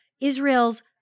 Israel's